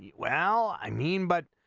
well i mean but